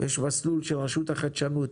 יש מסלול של רשות החדשנות